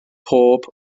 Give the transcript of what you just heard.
pob